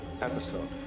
episode